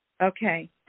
okay